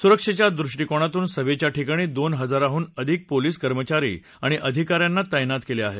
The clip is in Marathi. सुरक्षेच्या दृष्टिकोनातून सभेच्या ठिकाणी दोन हजारांडून अधिक पोलीस कर्मचारी आणि अधिकाऱ्यांना तस्तित केले आहे